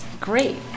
Great